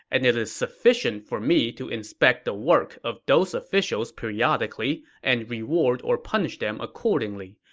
and it is sufficient for me to inspect the work of those officials periodically and reward or punish them accordingly.